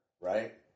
Right